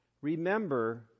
remember